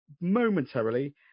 momentarily